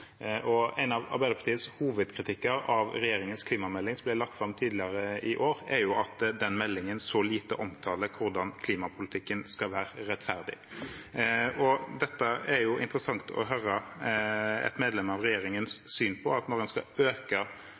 En av Arbeiderpartiets hovedkritikker av regjeringens klimamelding som ble lagt fram tidligere i år, er at den meldingen så lite omtaler hvordan klimapolitikken skal være rettferdig. Det er interessant å høre et medlem av regjeringens syn på hvordan man skal